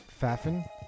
Faffin